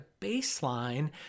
baseline